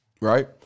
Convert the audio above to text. Right